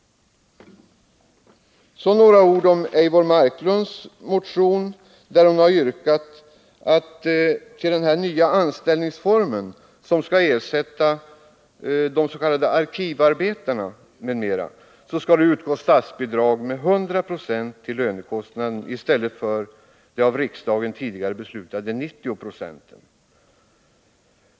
Så några ord om Eivor Marklunds motion, där hon har yrkat att till den nya anställningsform som ersätter s.k. arkivarbeten m.m. skall utgå statsbidrag med 100 9 till lönekostnader i stället för av riksdagen tidigare beslutade 90 Yo.